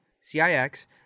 CIX